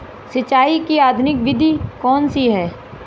सिंचाई की आधुनिक विधि कौनसी हैं?